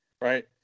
right